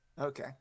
Okay